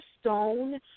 stone